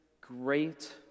great